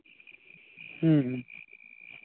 ᱦᱮᱸ ᱦᱮᱸ